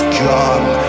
gone